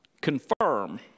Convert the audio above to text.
confirm